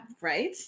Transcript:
right